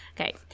okay